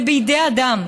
זה בידי אדם.